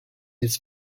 his